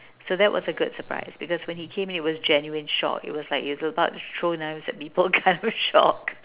so that was a good surprise because when he came he was genuine shock it was like he was about to throw knives at people kind of shocked